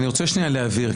אז אני רוצה שנייה להבהיר.